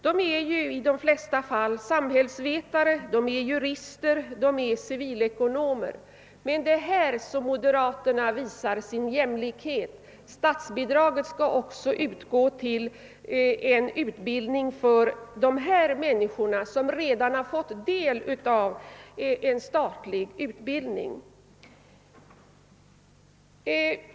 De är i de flesta fall samhällsvetare, de är jurister, de är civilekonomer. Det är här som moderaterna visar sin jämlikhet. Statsbidraget skall också utgå till utbildning för dessa människor som redan fått del av en statlig utbildning.